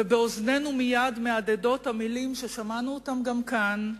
ובאוזנינו מייד מהדהדות המלים ששמענו גם כאן: